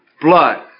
blood